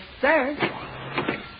sir